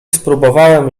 spróbowałem